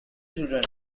children